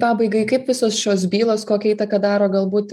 pabaigai kaip visos šios bylos kokią įtaką daro galbūt